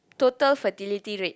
total fertility rate